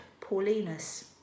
Paulinus